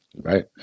right